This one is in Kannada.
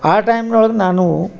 ಆ ಟೈಮ್ನೊಳಗ ನಾನು